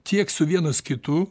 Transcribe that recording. tiek su vienas kitu